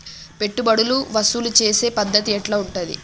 పెట్టుబడులు వసూలు చేసే పద్ధతి ఎట్లా ఉంటది?